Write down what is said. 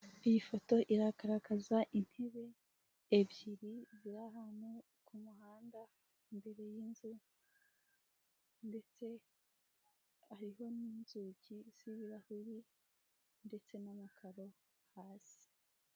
Iyi foto iragaragaza intebe ebyiri ziri ahantu ku muhanda imbere y'inzu ndetse hariho n'inzugi z'ibirahuri ndetse n'amakaro hasi.